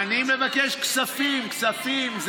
אני מבקש כספים, כספים.